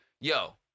Yo